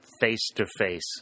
face-to-face